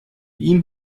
ihm